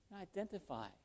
identify